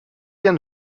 bien